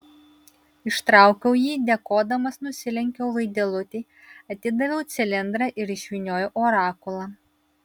ištraukiau jį dėkodamas nusilenkiau vaidilutei atidaviau cilindrą ir išvyniojau orakulą